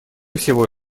всего